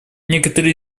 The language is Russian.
некоторые